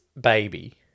baby